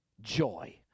joy